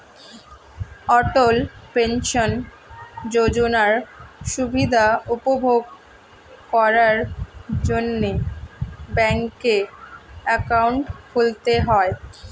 অটল pension যোজনার সুবিধা উপভোগ করার জন্যে ব্যাংকে অ্যাকাউন্ট খুলতে হয়